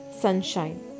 sunshine